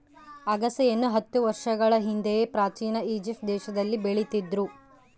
ಅಗಸೆಯನ್ನು ಹತ್ತು ಸಾವಿರ ವರ್ಷಗಳ ಹಿಂದೆಯೇ ಪ್ರಾಚೀನ ಈಜಿಪ್ಟ್ ದೇಶದಲ್ಲಿ ಬೆಳೀತಿದ್ರು